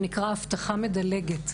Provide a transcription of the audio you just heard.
שנקרא "אבטחה מדלגת".